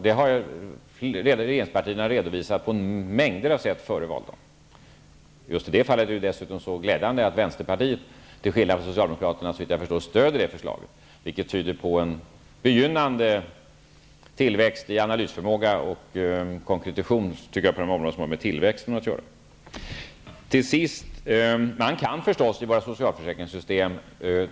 Det redovisade de nuvarande regeringspartierna på många olika sätt före valdagen. I det fallet är det dessutom så glädjande att vänsterpartiet -- till skillnad från socialdemokraterna såvitt jag förstår -- stödjer förslaget. Det tyder på en begynnande tillväxt i analysförmåga och konkretition på dessa områden. Man kan naturligtvis sänka det s.k. taket i våra socialförsäkringssystem.